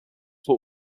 were